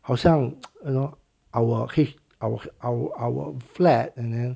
好像 you know allow our our our our flat and then